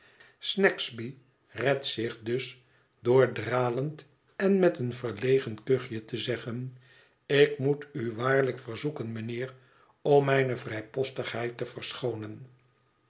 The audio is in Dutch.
snagsby redt zich dus door dralend en met een verlegen kuchje te zeggen ik moet u waarlijk verzoeken mijnheer om mijne vrijpostigheid te verschoonen